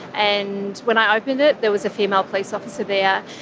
and when i opened it, there was a female police officer there,